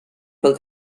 pel